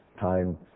time